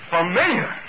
Familiar